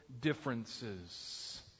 differences